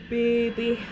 baby